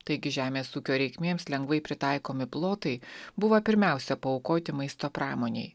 taigi žemės ūkio reikmėms lengvai pritaikomi plotai buvo pirmiausia paaukoti maisto pramonei